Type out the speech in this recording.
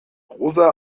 rosa